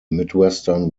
midwestern